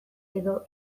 edo